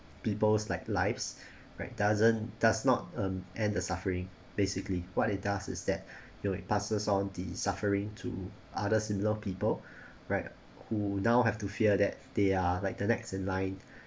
people's like lives right doesn't does not um end the suffering basically what it does is that you know it passes on the suffering to other similar people right who now have to fear that they are like the next in line